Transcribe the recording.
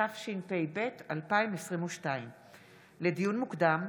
התשפ"ב 2022. לדיון מוקדם,